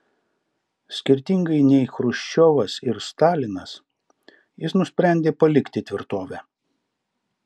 skirtingai nei chruščiovas ir stalinas jis nusprendė palikti tvirtovę